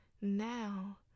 now